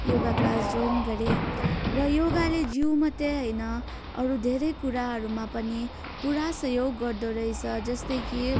yoga class join गरेँ र योगाले जिउ मात्रै होइन अरू धेरै कुराहरूमा पनि पुरा सहयोग गर्दोरहेछ जस्तै कि